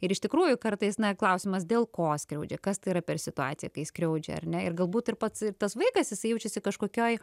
ir iš tikrųjų kartais na klausimas dėl ko skriaudžia kas tai yra per situaciją kai skriaudžia ar ne ir galbūt ir pats tas vaikas jisai jaučiasi kažkokioj